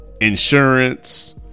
insurance